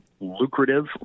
lucrative